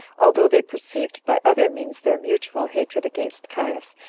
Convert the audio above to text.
although they perceived by other means their mutual hatred against caius,